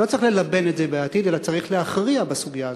לא צריך ללבן את זה בעתיד אלא צריך להכריע בסוגיה הזאת.